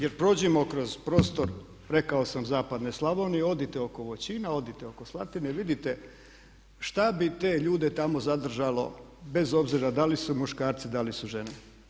Jer prođimo kroz prostor, rekao sam zapadne Slavonije, odite oko Voćina, odite oko Slatine i vidite šta bi te ljude tamo zadržalo bez obzira da li su muškarci, da li su žene.